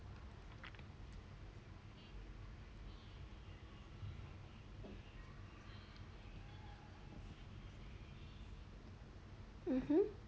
mmhmm